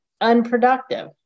unproductive